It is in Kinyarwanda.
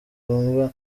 wumva